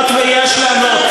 לפחות כדאי שתהיה ממשלה.